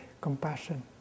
compassion